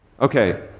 Okay